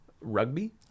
rugby